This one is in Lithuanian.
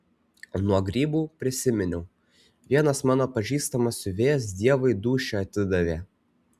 nuo grybų prisiminiau vienas mano pažįstamas siuvėjas dievui dūšią atidavė